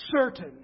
certain